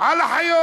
על החיות.